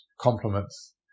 compliments